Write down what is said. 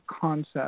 concept